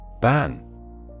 Ban